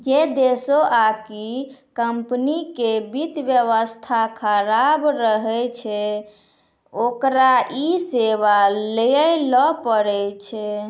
जै देशो आकि कम्पनी के वित्त व्यवस्था खराब रहै छै ओकरा इ सेबा लैये ल पड़ै छै